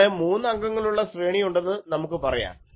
ഇവിടെ മൂന്ന് അംഗങ്ങളുള്ള ശ്രേണി ഉണ്ടെന്ന് നമുക്ക് പറയാം